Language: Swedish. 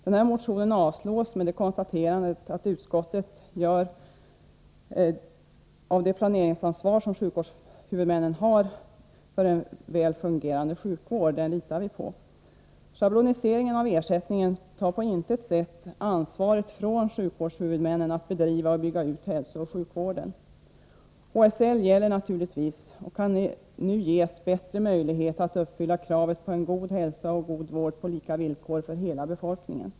Denna motion avstyrker utskottet med hänvisning till det planeringsansvar som sjukvårdshuvudmännen har för en väl fungerande sjukvård. Schabloniseringen av ersättningen tar på intet sätt ansvaret från sjukvårdshuvudmännen att bedriva och bygga ut hälsooch sjukvården. Hälsooch sjukvårdslagen gäller naturligtvis, och den ges nu bättre möjligheter att uppfylla kravet på en god hälsa och vård på lika villkor för hela befolkningen.